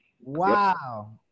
Wow